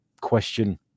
question